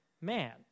man